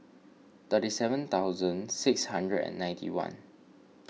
thirty seven thousand six hundred and ninety one